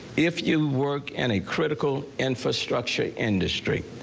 if you work any critical infrastructure industry.